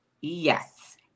yes